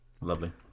Lovely